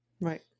Right